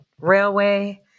Railway